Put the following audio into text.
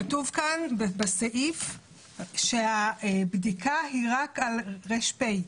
כתוב כאן בסעיף שהבדיקה היא רק על ר.פ.